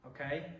okay